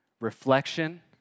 reflection